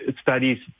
studies